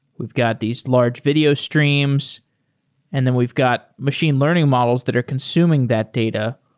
we've got these large video streams and then we've got machine learning models that are consuming that data.